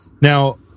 Now